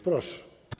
Proszę.